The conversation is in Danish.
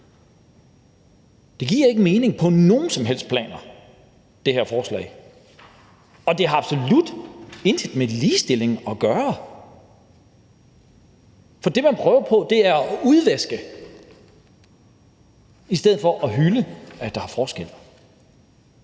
giver ikke mening på nogen som helst planer, og det har absolut intet med ligestilling at gøre. For det, man prøver på, er at udvaske i stedet for at hylde, at der er forskel.